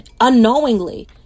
unknowingly